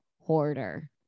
hoarder